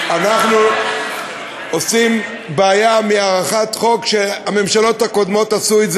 שאנחנו עושים בעיה מהארכת תוקף חוק שהממשלות הקודמות עשו,